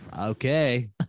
Okay